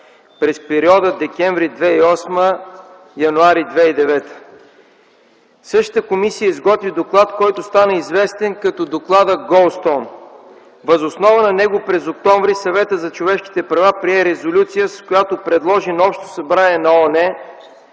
през периода декември 2008 – януари 2009. Същата комисия изготви доклад, който стана известен като доклада „Гладстоун”. Въз основа на него през октомври Съветът за човешките права прие резолюция, с която предложи на Общото събрание на ООН